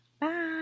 Bye